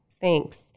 Thanks